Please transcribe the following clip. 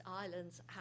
islands